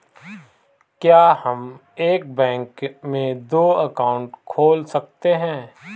क्या हम एक बैंक में दो अकाउंट खोल सकते हैं?